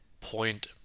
point